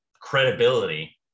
credibility